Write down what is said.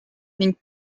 ning